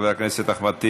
חבר הכנסת אחמד טיבי,